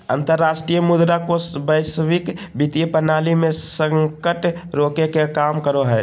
अंतरराष्ट्रीय मुद्रा कोष वैश्विक वित्तीय प्रणाली मे संकट रोके के काम करो हय